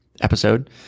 episode